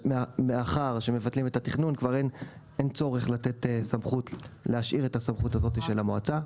מאחר שמבטלים את התכנון כבר אין צורך להשאיר את הסמכות הזאת של המועצה.